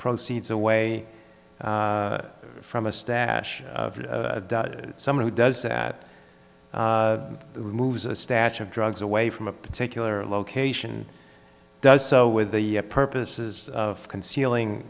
proceeds away from a stash someone who does that removes a stash of drugs away from a particular location does so with the purposes of concealing